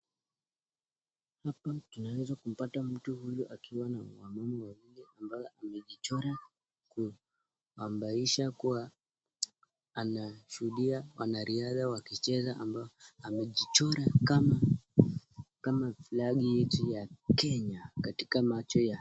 Hapa tunaeza kumpata mtu huyu akiwa na wamama wawili ambaye amejichora kwa maisha kuwa, anashudua wanariadha wakicheza ambao amejichora kama falgi yetu ya Kenya, katika macho yake.